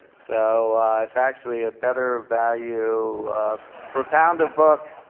so it's actually a better value for pound to book,